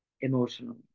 emotionally